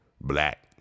black